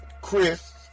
Chris